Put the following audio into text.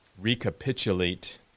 recapitulate